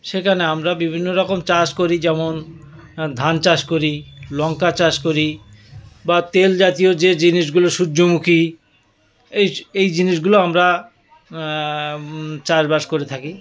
সেখানে আমরা বিভিন্ন রকম চাষ করি যেমন ধান চাষ করি লঙ্কা চাষ করি বা তেল জাতীয় যে জিনিসগুলো সূর্যমুখী এই এই জিনিসগুলো আমরা চাষবাস করে থাকি